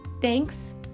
thanks